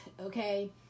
okay